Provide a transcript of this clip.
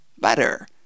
better